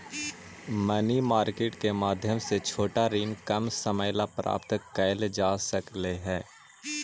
money market के माध्यम से छोटा ऋण कम समय ला प्राप्त कैल जा सकऽ हई